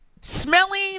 smelling